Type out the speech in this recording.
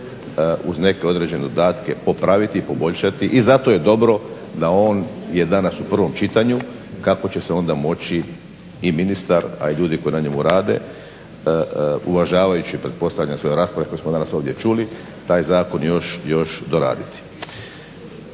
uz neke određene dodatke popraviti, poboljšati i zato je dobro da on je danas u prvom čitanju kako će se onda moći i ministar a i ljudi koji na njemu rade uvažavajući pretpostavljam sve rasprave koje smo danas ovdje čuli taj zakon još doraditi.